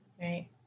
Right